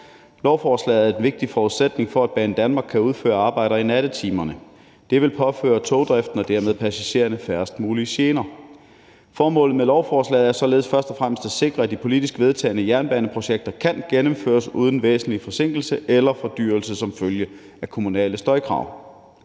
Lovforslaget er en vigtig forudsætning for, at Banedanmark kan udføre arbejder i nattetimerne. Det vil påføre togdriften og dermed passagererne færrest mulige gener. Formålet med lovforslaget er således først og fremmest at sikre, at de politisk vedtagne jernbaneprojekter kan gennemføres uden væsentlig forsinkelse eller fordyrelse som følge af kommunale støjkrav.